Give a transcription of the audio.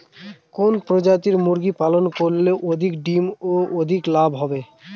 কোন প্রজাতির মুরগি পালন করলে অধিক ডিম ও অধিক লাভ হবে?